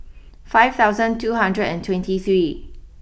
five thousand two hundred and twenty three